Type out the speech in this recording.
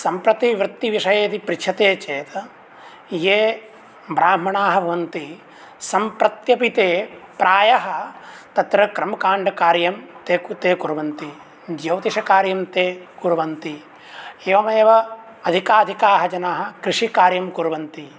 सम्प्रति वृत्तिविषये यदि पृच्छ्यते चेत् ये ब्राह्मणाः भवन्ति सम्प्रत्यपि ते प्रायः तत्र कर्मकाण्डकार्यं ते कुर्वन्ति ज्योतिषकार्यं ते कुर्वन्ति एवमेव अधिकाधिकाः जनाः कृषिकार्यं कुर्वन्ति